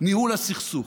"ניהול הסכסוך"